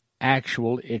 actual